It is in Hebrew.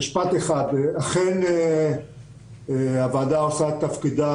אכן הוועדה עושה את תפקידה,